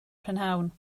prynhawn